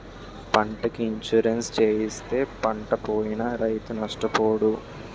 పంటకి ఇన్సూరెన్సు చేయిస్తే పంటపోయినా రైతు నష్టపోడు